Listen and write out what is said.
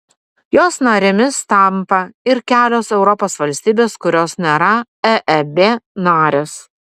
jos narėmis tampa ir kelios europos valstybės kurios nėra eeb narės